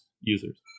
users